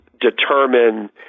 determine